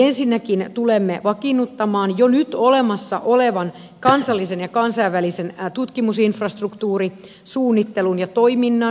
ensinnäkin tulemme vakiinnuttamaan jo nyt olemassa olevan kansallisen ja kansainvälisen tutkimusinfrastruktuurin suunnittelun ja toiminnan